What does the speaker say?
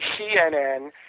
CNN